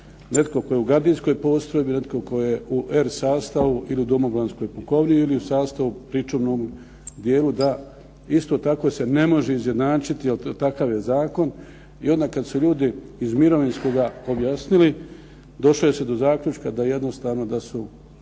netko tko je u gardijskoj postrojbi, netko tko je u "R" sastavu ili u domobranskoj pukovniji ili u sastavu pričuvnom dijelu da isto tako se ne može izjednačiti jer takav je zakon i onda kad su ljudi iz mirovinskoga objasnili došlo je se do zaključka da jednostavno da su